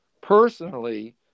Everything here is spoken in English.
personally